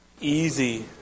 easy